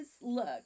look